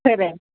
खरं आहे